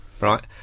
right